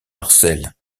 marcel